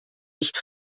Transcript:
nicht